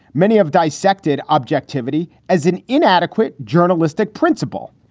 many have dissected objectivity as an inadequate journalistic principle.